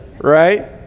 right